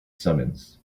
summons